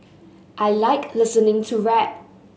I like listening to rap